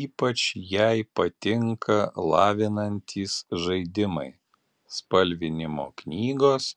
ypač jai patinka lavinantys žaidimai spalvinimo knygos